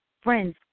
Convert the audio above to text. Friends